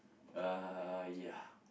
uh ya